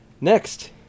Next